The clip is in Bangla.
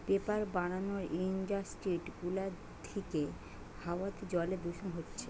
পেপার বানানার ইন্ডাস্ট্রি গুলা থিকে হাওয়াতে জলে দূষণ হচ্ছে